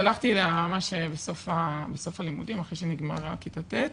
הלכתי אליה ממש בסוף הלימודים אחרי שנגמרה כיתה ט',